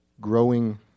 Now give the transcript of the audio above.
growing